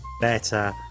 Better